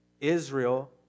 Israel